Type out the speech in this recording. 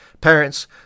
Parents